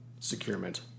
securement